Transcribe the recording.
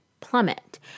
plummet